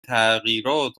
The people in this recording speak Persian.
تغییرات